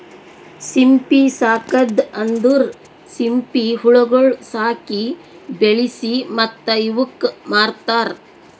ಸಿಂಪಿ ಸಾಕದ್ ಅಂದುರ್ ಸಿಂಪಿ ಹುಳಗೊಳ್ ಸಾಕಿ, ಬೆಳಿಸಿ ಮತ್ತ ಇವುಕ್ ಮಾರ್ತಾರ್